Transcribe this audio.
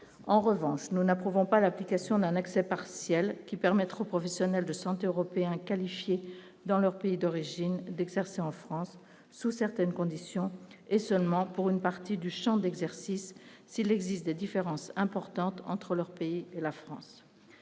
en revanche, nous n'approuvons pas l'application d'un accès partiel qui permettre aux professionnels de santé européens qualifiés dans leur pays d'origine, d'exercer en France, sous certaines conditions et seulement pour une partie du Champ d'exercice s'il existe des différences importantes entre leur pays et la France,